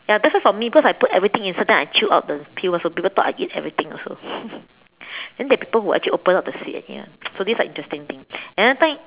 ya that's why for me because I put everything inside then I chew out the peel also people thought I eat everything also then there are people who actually open up the seed and eat ya so these are the interesting things another time